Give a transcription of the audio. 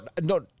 no